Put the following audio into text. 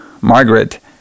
Margaret